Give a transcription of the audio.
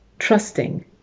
trusting